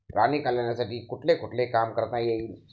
प्राणी कल्याणासाठी कुठले कुठले काम करता येईल?